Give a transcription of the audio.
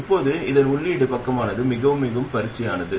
இப்போது இதன் உள்ளீடு பக்கமானது மிகவும் மிகவும் பரிச்சயமானது